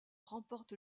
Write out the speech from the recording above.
remporte